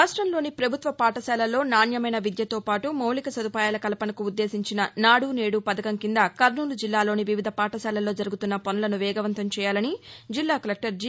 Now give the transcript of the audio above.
రాష్ట్రంలోని పభుత్వ పాఠశాలల్లో నాణ్యమైన విద్యతో పాటు మౌలిక సదుపాయాల కల్పనకు ఉ ద్లేశించిన నాడు నేదు పథకం కింద కర్నూలు జిల్లాలోని వివిధ పాఠశాలల్లో జరుగుతున్న పనులను వేగవంతం చేయాలని జిల్లా కలెక్టర్ జి